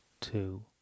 two